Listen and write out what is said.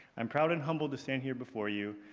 i'm proud and humbled to stand here before you,